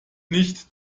nicht